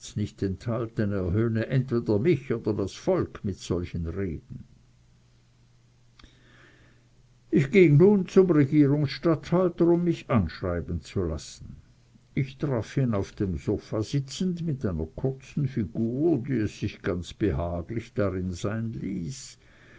nicht enthalten er höhne entweder mich oder das volk mit solchen reden ich ging nun zum regierungsstatthalter um mich anschreiben zu lassen ich traf ihn auf dem sopha sitzend mit einer kurzen figur die es sich ganz behaglich darin sein ließ